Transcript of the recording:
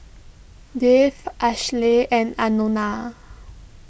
Dave Ashlea and Anona